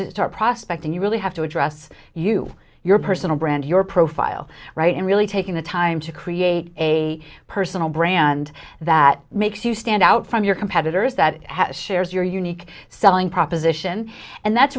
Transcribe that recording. to start prospecting you really have to address you your personal brand your profile right and really taking the time to create a personal brand that makes you stand out from your competitors that shares your unique selling proposition and that's